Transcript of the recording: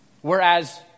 Whereas